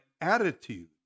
attitude